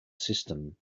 system